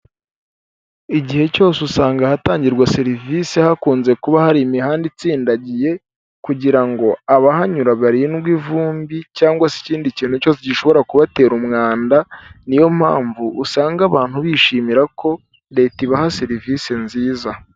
Igihe cyose usanga ahatangirwa serivisi hakunze kuba hari imihanda itsindagiye kugira ngo abahanyura barindwe ivumbi cyangwa se ikindi kintu cyose gishobora kubatera umwanda, niyo mpamvu usanga abantu bishimira ko leta ibaha serivisi nziza.